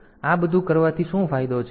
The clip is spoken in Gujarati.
તો આ બધું કરવાથી શું ફાયદો છે